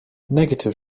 negative